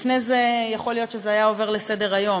ולפני זה יכול להיות שהיו עוברים לסדר-היום.